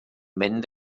mynd